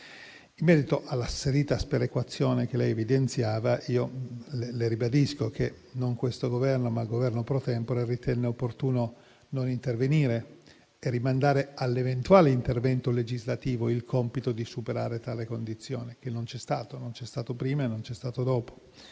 In merito all'asserita sperequazione che l'interrogante evidenziava, io ribadisco che non questo Governo, ma quello *pro tempore* ritenne opportuno non intervenire e rimandare all'eventuale intervento legislativo il compito di superare tale condizione, che non c'è stato né prima né dopo.